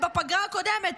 הקודמת, בפגרה הקודמת,